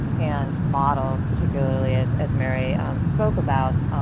and models, particularly as as mary spoke about,